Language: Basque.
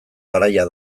garaia